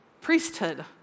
priesthood